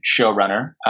showrunner